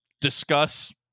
discuss